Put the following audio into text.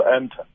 enter